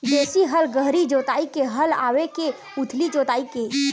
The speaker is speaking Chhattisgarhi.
देशी हल गहरी जोताई के हल आवे के उथली जोताई के?